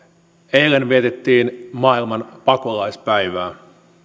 eilen vietettiin maailman pakolaispäivää